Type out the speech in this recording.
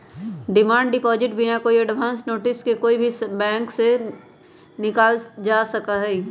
demand deposit बिना कोई advance notice के कोई भी समय बैंक से निकाल्ल जा सका हई